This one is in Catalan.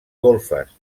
golfes